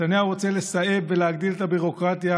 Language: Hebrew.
נתניהו רוצה לסאב ולהגדיל את הביורוקרטיה,